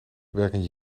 werken